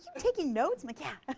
taking notes? i'm like, yeah.